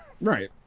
Right